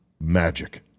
magic